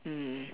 mm